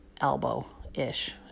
elbow-ish